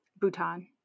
Bhutan